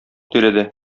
тирәдә